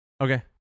Okay